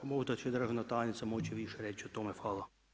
Možda će državna tajnica moći više reći o tome.